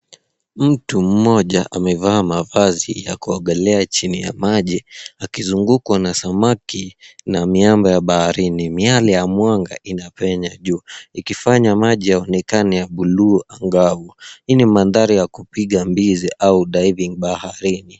Mtu mmoja amevaa mavazi ya kuogelea chini ya maji, akizungukwa na samaki na miamba ya baharini. Miale ya mwanga inapenya juu, ikifanya maji yaonekane ya buluu angavu. Hii ni mandhari ya kupiga mbizi au diving baharini.